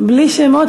בלי שמות,